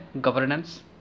governance